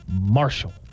Marshall